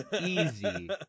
Easy